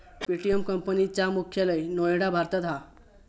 Paytm company चा मुख्यालय नोएडा भारतात हा